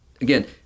again